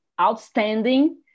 outstanding